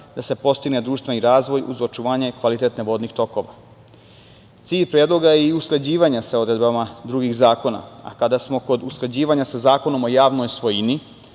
da se postigne društveni razvoj, uz očuvanje kvaliteta vodenih tokova. Cilj predloga je i usklađivanje sa odredbama drugih zakona. Kada smo kod usklađivanja sa Zakonom o javnoj svojini,